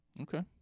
okay